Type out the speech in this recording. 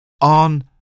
on